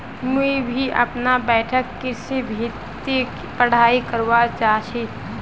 मुई भी अपना बैठक कृषि भौतिकी पढ़ाई करवा चा छी